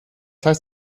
heißt